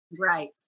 Right